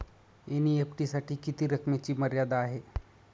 NEFT साठी किती रकमेची मर्यादा आहे?